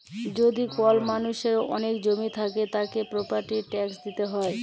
যদি কল মালুষের ওলেক জমি থাক্যে, তাকে প্রপার্টির ট্যাক্স দিতে হ্যয়